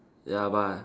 ya but